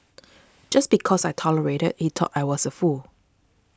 just because I tolerated he thought I was a fool